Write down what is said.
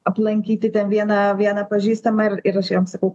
aplankyti ten vieną vieną pažįstamą ir ir aš jam sakau